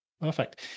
Perfect